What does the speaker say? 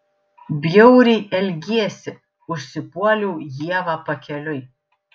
bjauriai elgiesi užsipuoliau ievą pakeliui